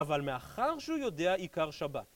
אבל מאחר שהוא יודע עיקר שבת.